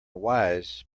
wise